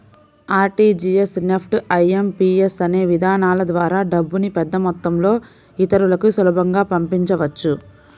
RTGS, NEFT, IMPS అనే విధానాల ద్వారా డబ్బుని పెద్దమొత్తంలో ఇతరులకి సులభంగా పంపించవచ్చు